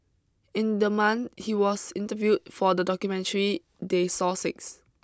in the month he was interviewed for the documentary they saw six